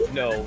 no